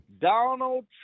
Donald